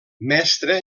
mestre